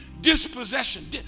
dispossession